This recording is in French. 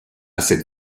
cette